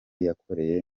yakoreye